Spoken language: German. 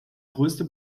größte